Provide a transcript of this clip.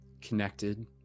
connected